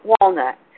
walnut